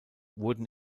wurden